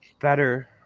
better